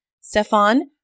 Stefan